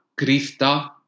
Krista